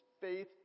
faith